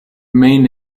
main